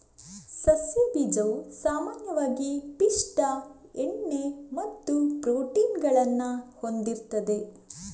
ಸಸ್ಯ ಬೀಜವು ಸಾಮಾನ್ಯವಾಗಿ ಪಿಷ್ಟ, ಎಣ್ಣೆ ಮತ್ತು ಪ್ರೋಟೀನ್ ಗಳನ್ನ ಹೊಂದಿರ್ತದೆ